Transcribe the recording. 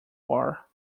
war